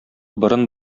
борын